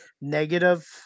negative